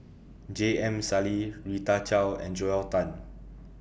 J M Sali Rita Chao and Joel Tan